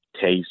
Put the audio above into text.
taste